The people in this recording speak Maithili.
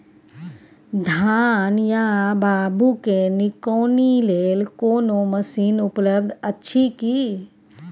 धान या बाबू के निकौनी लेल कोनो मसीन उपलब्ध अछि की?